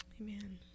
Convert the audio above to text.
amen